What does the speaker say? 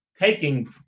taking